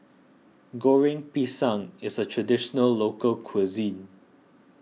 Goreng Pisang is a Traditional Local Cuisine